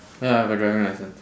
ya I got driving licence